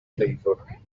flavour